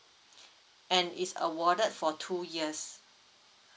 and is awarded for two years